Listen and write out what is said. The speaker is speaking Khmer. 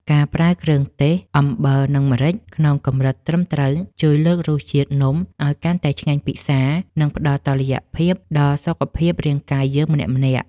ការប្រើគ្រឿងទេសអំបិលនិងម្រេចក្នុងកម្រិតត្រឹមត្រូវជួយលើករសជាតិនំឱ្យកាន់តែឆ្ងាញ់ពិសា និង ផ្ដល់តុល្យភាពដល់សុខភាពរាងកាយយើងម្នាក់ៗ។